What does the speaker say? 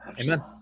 amen